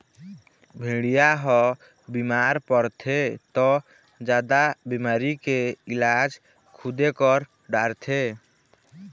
भेड़िया ह बिमार परथे त जादा बिमारी के इलाज खुदे कर डारथे